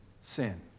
sin